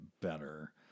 better